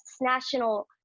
national